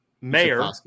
Mayor